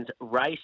race